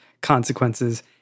consequences